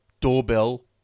doorbell